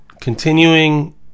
continuing